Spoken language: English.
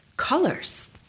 colors